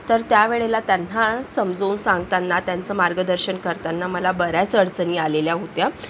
तर त्या वेळेला त्यांना समजवून सांगताना त्यांचे मार्गदर्शन करताना मला बऱ्याच अडचणी आलेल्या होत्या